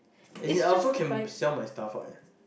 as in I also can sell my stuff what